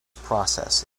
process